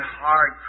hard